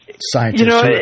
scientists